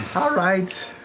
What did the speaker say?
ah right,